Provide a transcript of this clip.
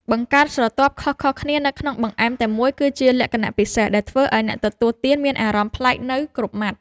បង្កើតស្រទាប់ខុសៗគ្នានៅក្នុងបង្អែមតែមួយ គឺជាលក្ខណៈពិសេសដែលធ្វើឱ្យអ្នកទទួលទានមានអារម្មណ៍ប្លែកនៅគ្រប់ម៉ាត់។